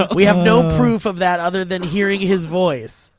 um we have no proof of that other than hearing his voice.